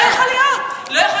לא יכול להיות, השרה.